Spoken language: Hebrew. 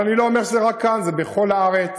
אבל אני לא אומר שזה רק כאן, זה בכל הארץ.